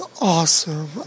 awesome